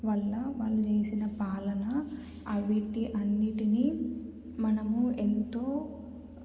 వల్ల వాళ్ళు చేసిన పాలన అవిటి అన్నిటిని మనము ఎంతో